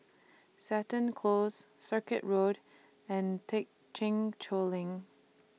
Seton Close Circuit Road and Thekchen Choling